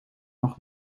nog